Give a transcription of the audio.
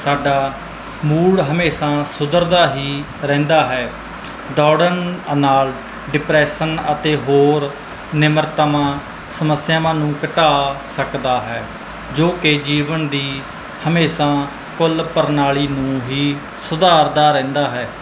ਸਾਡਾ ਮੂਡ ਹਮੇਸ਼ਾ ਸੁਧਰਦਾ ਹੀ ਰਹਿੰਦਾ ਹੈ ਦੌੜਨ ਨਾਲ ਡਿਪਰੈਸ਼ਨ ਅਤੇ ਹੋਰ ਨਿਮਰਤਾਵਾਂ ਸਮੱਸਿਆਵਾਂ ਨੂੰ ਘਟਾ ਸਕਦਾ ਹੈ ਜੋ ਕਿ ਜੀਵਨ ਦੀ ਹਮੇਸ਼ਾ ਕੁਲ ਪ੍ਰਣਾਲੀ ਨੂੰ ਹੀ ਸੁਧਾਰਦਾ ਰਹਿੰਦਾ ਹੈ